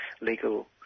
legal